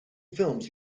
films